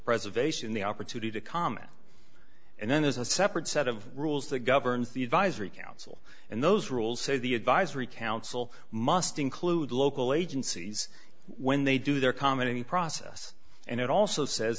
preservation the opportunity to comment and then there's a separate set of rules that governs the advisory council and those rules say the advisory council must include local agencies when they do their comedy process and it